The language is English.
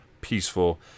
peaceful